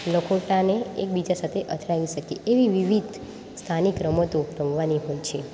લખોટાને એકબીજા સાથે અથડાવી શકીએ એવી એવી વિવિધ સ્થાનિક રમતો રમવાની હોય છે